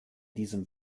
diesem